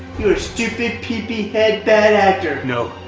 you're a stupid pee-pee head bad actor. no,